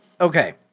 okay